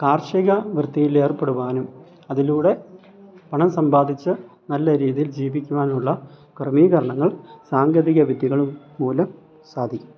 കാർഷിക വൃത്തിയിലേർപ്പെടുവാനും അതിലൂടെ പണം സമ്പാദിച്ച് നല്ല രീതിയിൽ ജീവിക്കുവാനുള്ള ക്രമീകരണങ്ങൾ സാങ്കേതിക വിദ്യകള് മൂലം സാധിക്കും